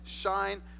shine